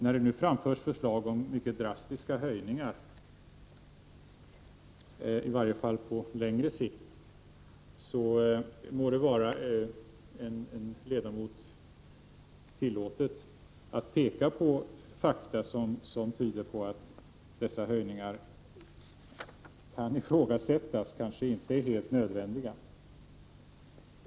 När det nu framförs förslag om mycket drastiska höjningar, i varje fall på längre sikt, må det vara en ledamot tillåtet att peka på fakta som tyder på att dessa höjningar kan ifrågasättas och kanske inte är helt nödvändiga.